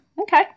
okay